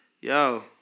yo